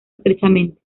estrechamente